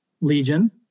Legion